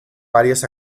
varias